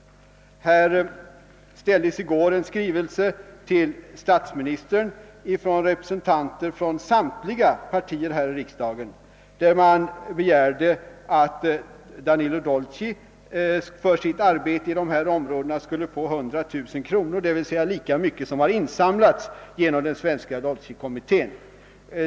I går riktades en skrivelse till statsministern från representanter för samtliga partier här i riksdagen, och man begärde däri att Danilo Dolci för sitt arbete i det aktuella området skulle få 100000 kronor, d.v.s. lika mycket som hade samlats in av den svenska Dolci-kommittén.